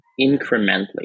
incrementally